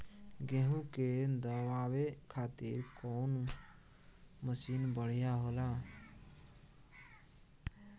गेहूँ के दवावे खातिर कउन मशीन बढ़िया होला?